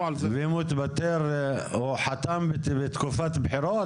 על זה --- הוא חתם בתקופת בחירות?